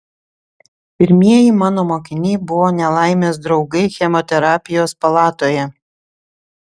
pirmieji mano mokiniai buvo nelaimės draugai chemoterapijos palatoje